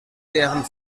deren